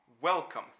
Welcome